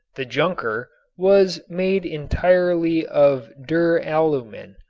the junker, was made entirely of duralumin.